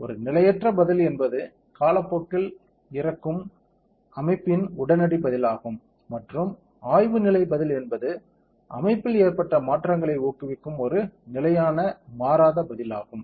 ஒரு நிலையற்ற பதில் என்பது காலப்போக்கில் இறக்கும் அமைப்பின் உடனடி பதிலாகும் மற்றும் ஆய்வு நிலை பதில் என்பது அமைப்பில் ஏற்பட்ட மாற்றங்களை ஊக்குவிக்கும் ஒரு நிலையான மாறாத பதிலாகும்